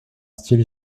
style